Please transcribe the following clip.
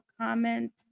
comment